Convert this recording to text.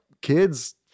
kids